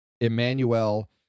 emmanuel